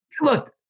Look